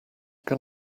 can